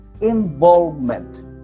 Involvement